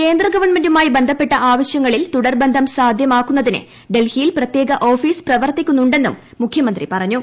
കേന്ദ്രഗവൺമെന്റുമായി ബന്ധപ്പെട്ട ആവശ്യങ്ങളിൽ തുടർബന്ധം സാധ്യമാക്കുന്നതിന് ഡൽഹിയിൽ ്പ്രത്യേക ഓഫീസ് പ്രവർത്തിക്കുന്നുണ്ടെന്നും മുഖ്യമന്ത്രി പറഞ്ഞു